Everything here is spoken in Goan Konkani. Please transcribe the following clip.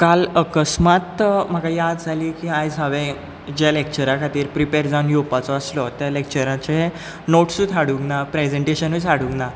काल अकस्मात म्हाका याद जाली की आयज हांवें जे लॅक्चराक खातीर प्रिपॅर जावन येवपाचो आसलों त्या लॅक्चराचें नोट्सूच हाडूंक ना प्रेजेंटेशनूच हाडूंक ना